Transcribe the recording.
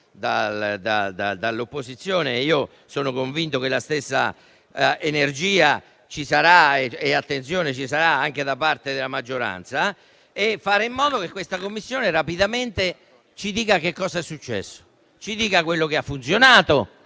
dall'opposizione. Io sono convinto che la stessa energia ci sarà - attenzione - anche da parte della maggioranza. Occorre fare in modo che questa Commissione rapidamente ci dica che cosa è successo: ci dica quello che ha funzionato